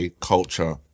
culture